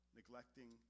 neglecting